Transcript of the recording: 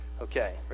Okay